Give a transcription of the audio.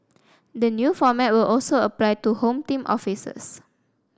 the new format will also apply to Home Team officers